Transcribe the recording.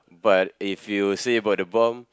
but if you say for the bomb